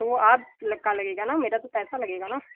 तो आप ल का लगेगा ना मेरा तो पैसा लगेगा ना